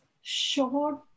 short